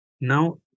Now